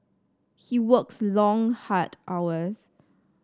he works long hard hours